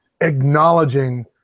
acknowledging